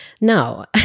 No